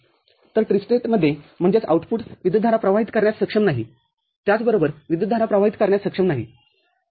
तर ट्रिस्टेटमध्ये म्हणजेच आउटपुट विद्युतधारा प्रवाहित करण्यास सक्षम नाहीत्याचबरोबर विद्युतधारा प्रवाहित करण्यास सक्षम नाही ठीक आहे